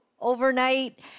overnight